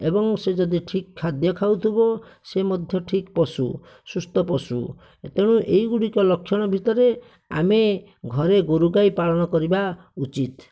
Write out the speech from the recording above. ଏବଂ ସେ ଯଦି ଠିକ ଖାଦ୍ୟ ଖାଉଥିବ ସେ ମଧ୍ୟ ଠିକ ପଶୁ ସୁସ୍ଥ ପଶୁ ତେଣୁ ଏଗୁଡ଼ିକ ଲକ୍ଷଣ ଭିତରେ ଆମେ ଘରେ ଗୋରୁ ଗାଈ ପାଳନ କରିବା ଉଚିତ